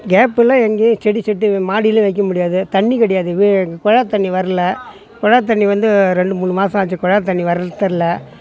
கேப்புலாம் எங்கேயும் செடி செட்டு மாடிலேயும் வைக்க முடியாது தண்ணி கிடையாது வி குழாத்தண்ணி வரல குழாத்தண்ணி வந்து ரெண்டு மூணு மாதம் ஆச்சு குழாத்தண்ணி வர்றதுல்லை